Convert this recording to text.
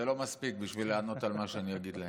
זה לא מספיק בשביל לענות על מה שאני אגיד להם.